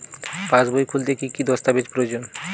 পাসবই খুলতে কি কি দস্তাবেজ প্রয়োজন?